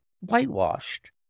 whitewashed